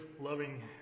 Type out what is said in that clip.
loving